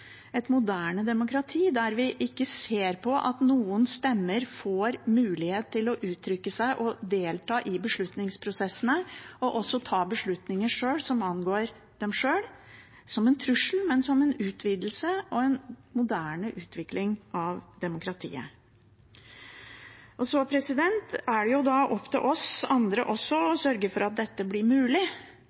et moderne demokrati der vi ikke ser på det at noen stemmer får mulighet til å uttrykke seg og delta i beslutningsprosessene og også ta beslutninger som angår dem sjøl, som en trussel, men som en utvidelse og en moderne utvikling av demokratiet. Så er det opp til oss andre også å sørge for at dette blir mulig,